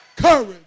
Courage